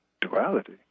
duality